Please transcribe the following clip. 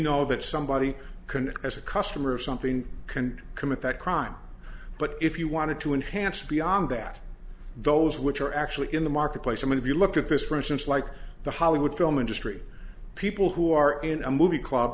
know that somebody can as a customer of something can commit that crime but if you wanted to enhance beyond that those which are actually in the marketplace i mean if you look at this for instance like the hollywood film industry people who are in a movie club